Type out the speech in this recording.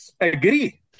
agree